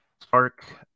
Spark